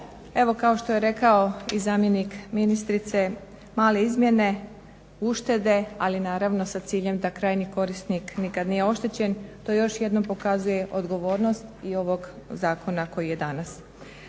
Evo kao što je rekao i zamjenik ministrice, male izmjene, uštede, ali naravno sa ciljem da krajnji korisnik nikad nije oštećen. To još jednom pokazuje odgovornost i ovog zakona koji je danas.